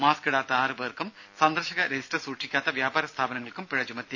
mask ഇടാത്ത ആറുപേർക്കും സന്ദർശക രജിസ്റ്റർ സൂക്ഷിക്കാത്ത വ്യാപാര സ്ഥാപനങ്ങൾക്കും പിഴചുമത്തി